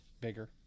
bigger